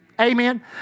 Amen